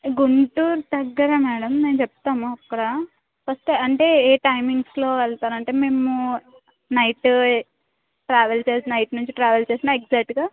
గుంటూరు దగ్గర మేడం మేము చెప్తాము అక్కడ ఫస్ట్ అంటే ఏ టైమింగ్స్లో వెళ్తారు అంటే మేము నైట్ ట్రావెల్ చేసి నైట్ నుంచి ట్రావెల్ చేసిన ఎగ్జాక్ట్గా